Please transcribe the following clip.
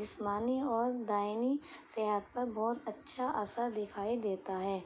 جسمانی اور دائمی صحت پر بہت اچھا اثر دکھائی دیتا ہے